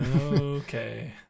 okay